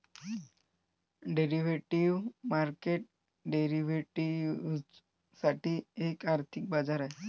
derivative market derivatives साठी एक आर्थिक बाजार आहे